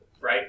right